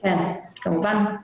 כמובן.